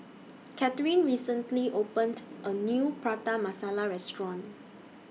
Catharine recently opened A New Prata Masala Restaurant